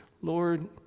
Lord